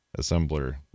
assembler